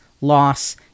loss